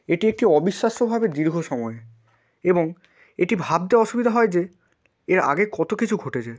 এটি একটি অবিশ্বাস্যভাবে দীর্ঘ সময় এবং এটি ভাবতে অসুবিধা হয় যে এর আগে কত কিছু ঘটেছে